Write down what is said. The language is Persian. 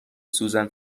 سوزن